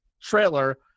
trailer